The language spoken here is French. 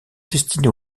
destinés